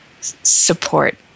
support